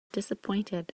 disappointed